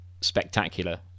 spectacular